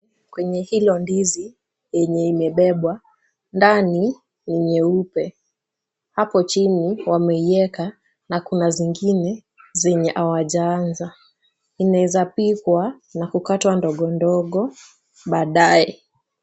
Kwenye hilo ndizi yenye imebebwa, ndani ni nyeupe. Hapo chini wameieka na kuna zingine zenye hawajaanza. Inaezapikwa na kukatwa ndogo ndogo baadaye.